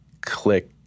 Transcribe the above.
click